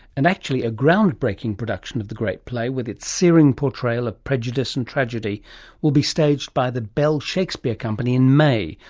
and actually a ground-breaking production of the great play with its searing portrayal of prejudice and tragedy will be staged by the bell shakespeare company in may,